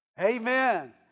Amen